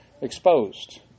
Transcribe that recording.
exposed